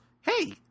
hey